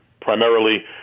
primarily